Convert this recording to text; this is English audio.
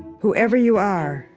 whoever you are,